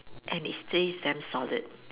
and its taste damn solid